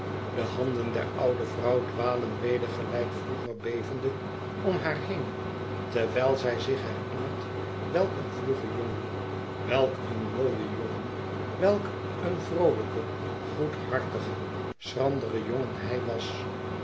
de handen der oude vrouw dwalen weder gelijk vroeger bevende om haar heen terwijl zij zich herinnert welk een vlugge jongen welk een mooie jongen welk een vroolijke goedhartige schrandere jongen hij was